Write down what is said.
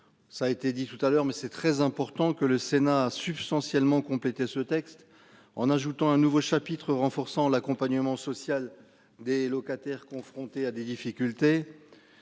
Ça a été dit tout à l'heure mais c'est très important que le Sénat substantiellement compléter ce texte en ajoutant un nouveau chapitre renforçant l'accompagnement social des locataires confrontés à des difficultés.